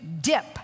dip